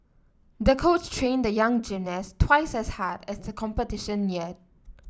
the coach trained the young gymnast twice as hard as the competition neared